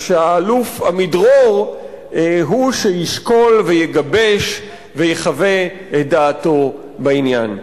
שהאלוף עמידרור הוא שישקול ויגבש ויחווה את דעתו בעניין.